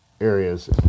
areas